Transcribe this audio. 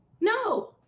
No